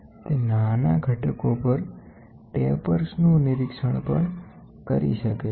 તે નાના ઘટકો પર ટેપર્સનું નિરીક્ષણ પણ કરી શકે છે